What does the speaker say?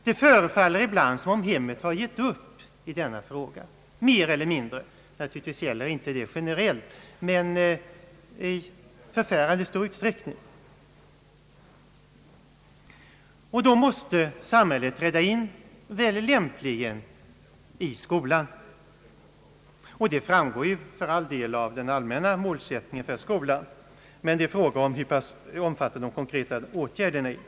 Det förefaller ibland som om hemmet har gett upp i denna fråga — naturligtvis gäller inte detta generellt men i förfärande stor utsträckning — och då måste samhället träda in, väl lämpligen i skolan. Skolans uppgift i det hänseendet framgår för all del av den allmänna målsättningen för skolan, men frågan är hur pass omfattande och konkreta skolans insatser är.